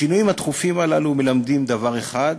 השינויים הדחופים הללו מלמדים דבר אחד,